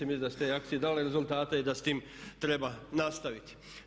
Mislim da su te akcije dale rezultate i da s tim treba nastaviti.